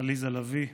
העליזה לביא,